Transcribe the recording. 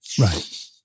Right